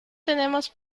tenemos